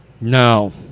No